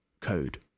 code